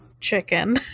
Chicken